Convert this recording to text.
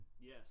Yes